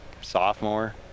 Sophomore